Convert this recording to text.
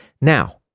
Now